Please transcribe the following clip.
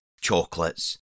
Chocolates